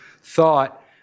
thought